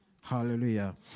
Hallelujah